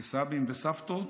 כסבים וסבתות,